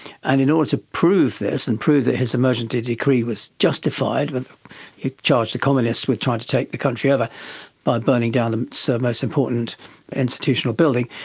and in order to prove this and prove that his emergency decree was justified, but he charged the communists with trying to take the country over by burning down the so most important institutional building,